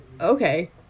okay